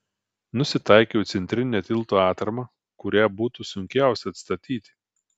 nusitaikiau į centrinę tilto atramą kurią būtų sunkiausia atstatyti